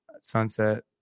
sunset